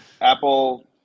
Apple